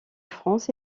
france